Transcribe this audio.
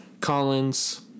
Collins